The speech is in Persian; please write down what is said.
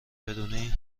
بدونی